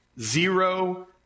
zero